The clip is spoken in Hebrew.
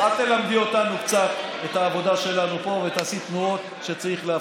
אז אל תלמדי אותנו את העבודה שלנו פה ותעשי תנועות שצריך להפסיק.